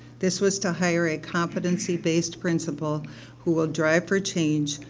this was to hire a competency based principal who will drive for change,